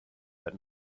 let